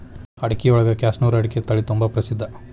ಅಡಿಕಿಯೊಳಗ ಕ್ಯಾಸನೂರು ಅಡಿಕೆ ತಳಿತುಂಬಾ ಪ್ರಸಿದ್ಧ